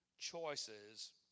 choices